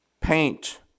paint